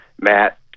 Matt